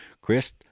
Chris